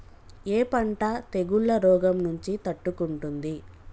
ఏ పంట తెగుళ్ల రోగం నుంచి తట్టుకుంటుంది?